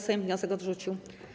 Sejm wniosek odrzucił.